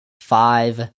five